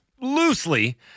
loosely